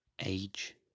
age